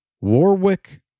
Warwick